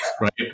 right